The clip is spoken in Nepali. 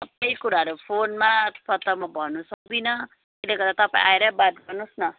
सबै कुराहरू फोनमा त म भन्नु सक्दिनँ त्यसले गर्दा तपाईँ आएरै बात गर्नुहोस् न